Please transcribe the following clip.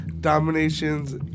dominations